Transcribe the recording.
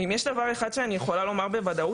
ואם יש דבר אחד שאני יכולה לומר בוודאות,